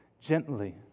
gently